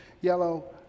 yellow